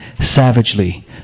savagely